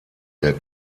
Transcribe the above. der